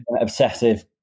obsessive